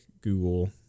Google